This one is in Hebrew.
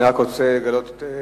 אני רק רוצה לגלות לידיעותיך,